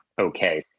okay